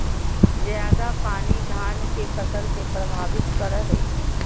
ज्यादा पानी धान के फसल के परभावित करो है?